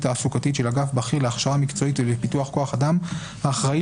תעסוקתית של אגף בכיר להכשרה מקצועית ולפיתוח כח אדם האחראי